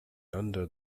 under